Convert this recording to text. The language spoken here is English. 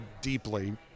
deeply